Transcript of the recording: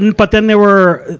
and but then, there were,